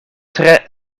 tre